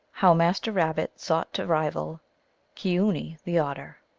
how master rabbit sought to rival keeoony, the otter.